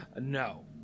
No